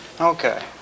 Okay